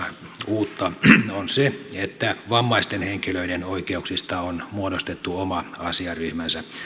uutta on se että vammaisten henkilöiden oikeuksista on muodostettu oma asia ryhmänsä